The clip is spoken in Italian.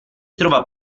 trova